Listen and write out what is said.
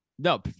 No